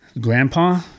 grandpa